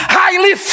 highly